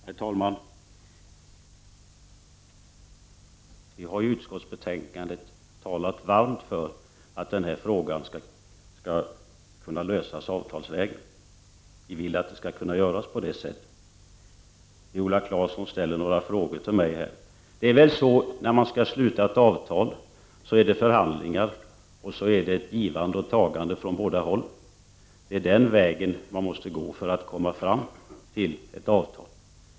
Herr talman! Vi har i utskottsbetänkandet talat varmt för att den här frågan skall lösas avtalsvägen. Vi vill att det skall kunna göras så. Viola Claesson ställer några frågor till mig. När man skall sluta ett avtal är det väl så att det blir förhandlingar, med ett givande och ett tagande från båda håll. Det är den vägen som man måste gå för att komma fram till ett avtal.